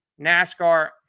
NASCAR